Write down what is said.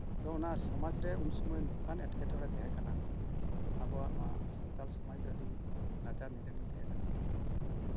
ᱛᱚ ᱚᱱᱟ ᱥᱚᱢᱟᱥᱡᱽ ᱨᱮ ᱚᱱᱠᱟᱱ ᱮᱸᱴᱠᱮ ᱴᱚᱬᱮ ᱛᱟᱸᱦᱮ ᱠᱟᱱᱟ ᱟᱵᱚᱣᱟᱜ ᱱᱚᱣᱟ ᱥᱟᱱᱛᱟᱲ ᱥᱚᱢᱟᱡᱽ ᱫᱚ ᱟᱹᱰᱤ ᱱᱟᱪᱟᱨ ᱱᱤᱫᱷᱟᱹᱱ ᱜᱮ ᱛᱟᱸᱦᱮ ᱠᱟᱱᱟ